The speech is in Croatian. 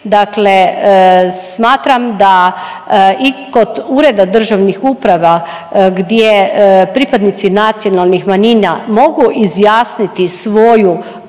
dakle smatram da i kod ureda državnih uprava gdje pripadnici nacionalnih manjina mogu izjasniti svoju